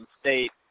State